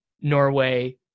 Norway